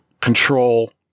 control